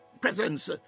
presence